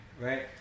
right